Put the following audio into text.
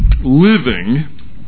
living